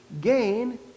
gain